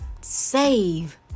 save